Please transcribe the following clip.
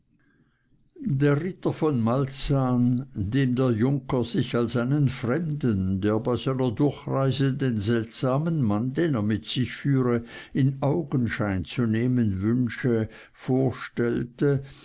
der ritter von malzahn dem der junker sich als einen fremden der bei seiner durchreise den seltsamen mann den er mit sich führe in augenschein zu nehmen wünsche vorstellte